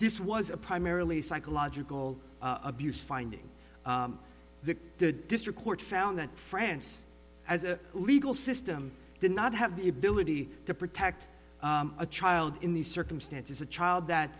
this was a primarily psychological abuse finding that the district court found that france as a legal system did not have the ability to protect a child in these circumstances a child